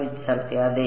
വിദ്യാർത്ഥി അതെ